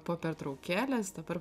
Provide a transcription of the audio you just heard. po pertraukėlės dabar